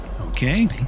Okay